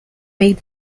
made